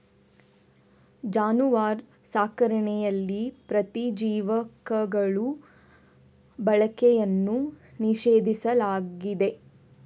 ಜಾನುವಾರು ಸಾಕಣೆಯಲ್ಲಿ ಪ್ರತಿಜೀವಕಗಳ ಬಳಕೆಯನ್ನು ನಿಷೇಧಿಸಲಾಗಿದೆ